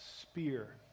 spear